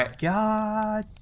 God